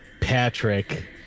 Patrick